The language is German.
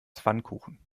pfannkuchen